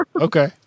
Okay